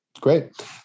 great